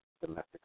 domestic